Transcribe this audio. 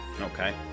Okay